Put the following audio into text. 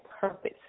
purpose